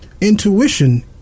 Intuition